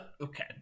okay